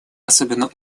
особенно